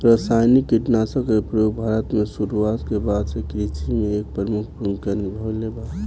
रासायनिक कीटनाशक के प्रयोग भारत में शुरुआत के बाद से कृषि में एक प्रमुख भूमिका निभाइले बा